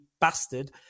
bastard